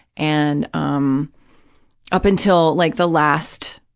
and um up until like the last,